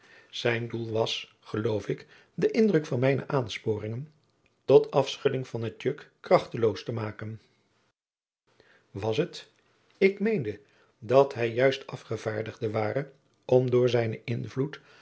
zijn doel was geloof ik den indruk van mijne aansporingen tot afschudding van het juk krachteloos te maken was het ik meende dat hij juist afgevaardigd ware om door zijnen invloed